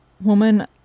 woman